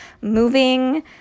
moving